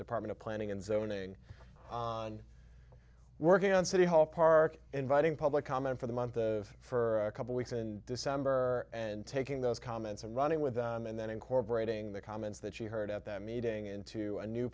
department of planning and zoning working on city hall park inviting public comment for the month of for a couple weeks in december and taking those comments and running with them and then incorporating the comments that you heard at that meeting into a new